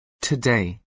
Today